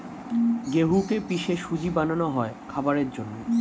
গেহুকে পিষে সুজি বানানো হয় খাবারের জন্যে